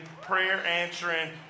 prayer-answering